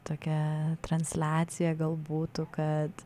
tokia transliacija gal būtų kad